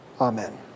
amen